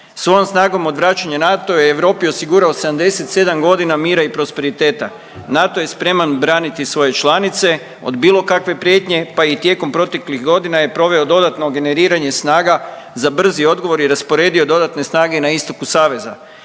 Svojom snagom odvraćanja NATO je Europi osigurao 77 godina mira i prosperiteta. NATO je spreman braniti svoje članice od bilo kakve prijetnje, pa i tijekom proteklih godina je proveo dodatno generiranje snaga za brzi odgovor i rasporedio dodatne snage na istoku saveza.